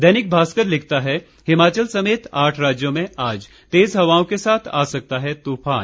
दैनिक भास्कर लिखता है हिमाचल समेत आठ राज्यों में आज तेज हवाओं के साथ आ सकता है तूफान